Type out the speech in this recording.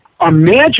imagine